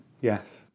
Yes